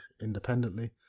independently